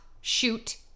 shoot